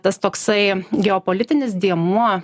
tas toksai geopolitinis dėmuo